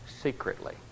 secretly